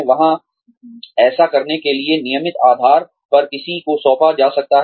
वहाँ ऐसा करने के लिए नियमित आधार पर किसी को सौंपा जा सकता है